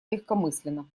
легкомысленно